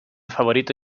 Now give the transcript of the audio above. favorito